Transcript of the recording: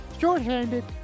shorthanded